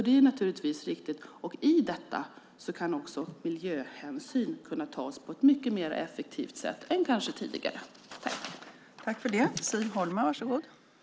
Det är naturligtvis riktigt, och i detta kan också miljöhänsyn tas på ett mycket mer effektivt sätt än kanske var fallet tidigare.